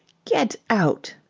get out!